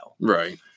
Right